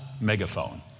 megaphone